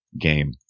game